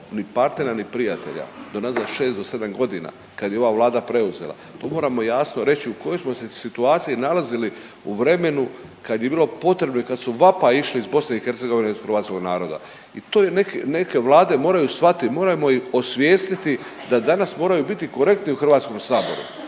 ni partnera ni prijatelja, do unazad 6-7 godina kad je ova Vlada preuzela, to moramo jasno reći u kojoj smo se situaciji nalazili u vremenu kad je bilo potrebno i kad su vapaji išli iz BiH od hrvatskog naroda i to je neke vlade moraju shvatiti, moramo ih osvijestiti da danas moraju biti korektni u HS-u, da